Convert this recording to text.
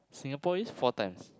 Singapore is four times